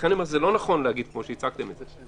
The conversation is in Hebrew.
לכן אני אומר שזה לא נכון להציג את הדברים כמו שהצגתם אותם,